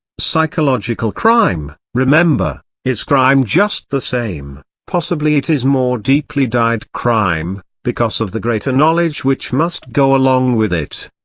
psychological crime, remember, is crime just the same possibly it is more deeply dyed crime, because of the greater knowledge which must go along with it.